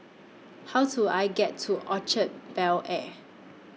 How Do I get to Orchard Bel Air